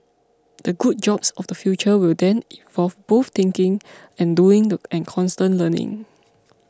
the good jobs of the future will then involve both thinking and doing and constant learning